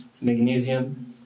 magnesium